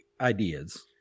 ideas